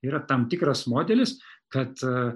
yra tam tikras modelis kad